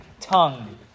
tongue